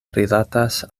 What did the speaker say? rilatas